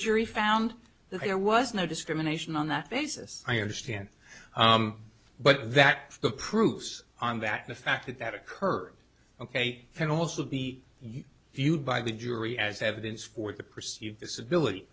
jury found that there was no discrimination on that basis i understand but that the proofs on that the fact that that occurred ok can also be viewed by the jury as evidence for the perceived disability